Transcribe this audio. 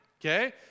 okay